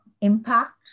impact